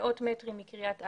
מאות מטרים מקריית אתא,